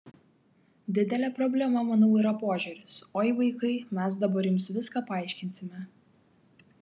didelė problema manau yra požiūris oi vaikai mes dabar jums viską paaiškinsime